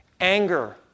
anger